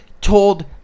told